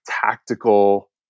tactical